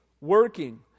working